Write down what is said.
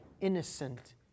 innocent